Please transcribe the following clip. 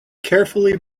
carefully